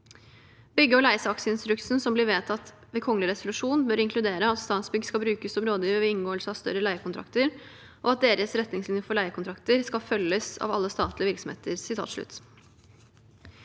Bygge- og leiesaksinstruksen, som blir vedtatt ved kongelig resolusjon, bør inkludere at Statsbygg skal brukes som rådgiver ved inngåelse av større leiekontrakter, og at deres retningslinjer for leiekontrakter skal følges av alle statlige virksomheter.